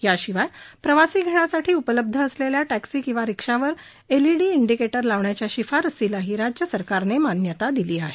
याशिवाय प्रवासी घेण्यासाठी उपलब्ध असलेल्या टॅक्सी किंवा रिक्षावर एलईडी इंडिकेटर लावण्याच्या शिफारसीलाही राज्य सरकारनं मान्यता दिली आहे